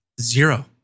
Zero